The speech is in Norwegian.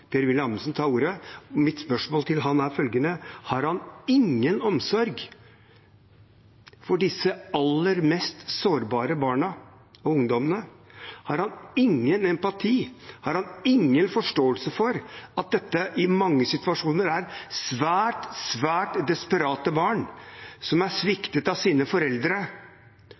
Amundsen ta ordet. Mitt spørsmål til han er: Har han ingen omsorg for disse aller mest sårbare barna og ungdommene? Har han ingen empati? Har han ingen forståelse for at dette i mange situasjoner er svært desperate barn som er sviktet av sine foreldre,